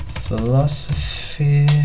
philosophy